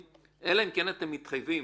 אלא אם כן אתם מתחייבים